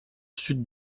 sud